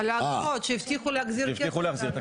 על האגרות, שהבטיחו להחזיר כסף.